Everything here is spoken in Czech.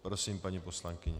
Prosím, paní poslankyně.